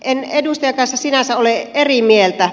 en edustajan kanssa sinänsä ole eri mieltä